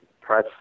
press